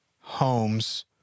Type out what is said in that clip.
homes